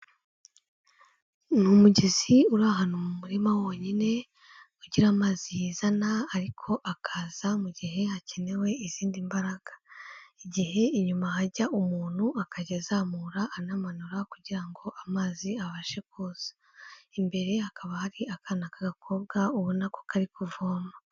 Ni umugezi uri ahantu mu murima wonyine, ugira amazi yizana ariko akaza mu gihe hakenewe izindi mbaraga, igihe inyuma hajya umuntu akajya azamura anamanura, kugira ngo amazi abashe kuzaza, imbere hakaba hari akana k'agakobwa ubona ko kari kuvoma.